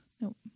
Nope